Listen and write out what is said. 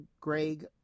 Greg